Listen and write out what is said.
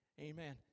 Amen